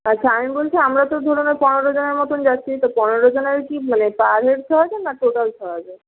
আচ্ছা আমি বলছি আমরা তো ধরুন ওই পনেরো জনের মতন যাচ্ছি তো পনেরো জনের কি মানে পার হেড ছহাজার না টোটাল ছহাজার